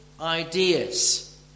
ideas